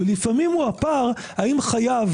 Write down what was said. ולפעמים הוא הפער של האם חייב